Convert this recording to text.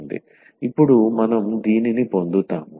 ఇప్పుడు మనం దీనిని పొందుతాము